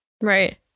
right